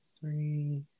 three